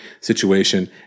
situation